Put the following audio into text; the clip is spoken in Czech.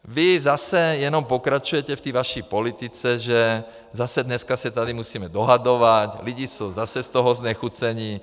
Vy zase jenom pokračujete v té vaší politice, že zase dneska se tady musíme dohadovat, lidi jsou zase z toho znechucení.